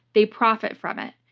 they profit from it,